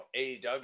AEW